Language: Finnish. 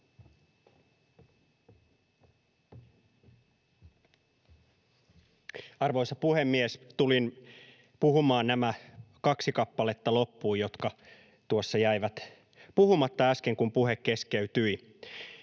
Arvoisa puhemies! Tulin puhumaan nämä kaksi kappaletta loppuun, jotka tuossa jäivät puhumatta äsken, kun puhe keskeytyi: